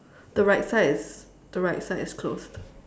the right side is the right side is closed